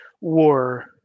war